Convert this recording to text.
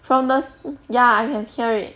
from the ya I can hear it